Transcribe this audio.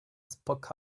spoke